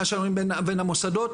נושאים מסויימים שהוזכרו כאן,